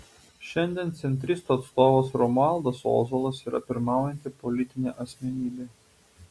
šiandien centristų atstovas romualdas ozolas yra pirmaujanti politinė asmenybė